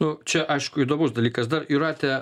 nu čia aišku įdomus dalykas dar jūrate